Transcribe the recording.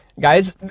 Guys